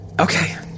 Okay